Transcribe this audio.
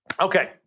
Okay